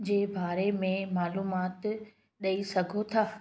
जे बारे में मालूमात ॾेई सघो था